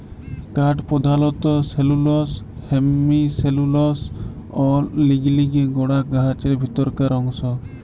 কাঠ পরধালত cellulose, hemicellulose অ লিগলিলে গড়া গাহাচের ভিতরকার অংশ